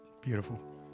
Beautiful